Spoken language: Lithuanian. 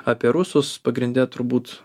apie rusus pagrinde turbūt